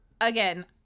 Again